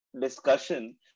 discussion